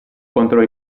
contro